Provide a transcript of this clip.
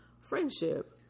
friendship